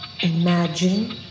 Imagine